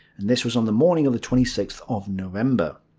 and this was on the morning of the twenty sixth of november.